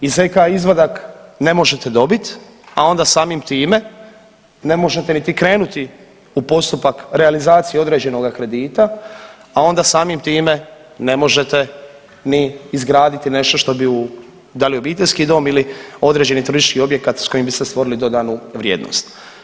I zk izvadak ne možete dobit, a onda samim time ne možete niti krenuti u postupak realizacije određenoga kredita, a onda samim time ne možete ni izgraditi nešto što bi u da li u obiteljski dom ili određeni turistički objekat sa kojim biste stvorili dodanu vrijednost.